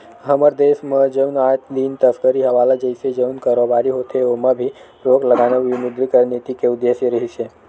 हमर देस म जउन आए दिन तस्करी हवाला जइसे जउन कारोबारी होथे ओमा भी रोक लगाना विमुद्रीकरन नीति के उद्देश्य रिहिस हे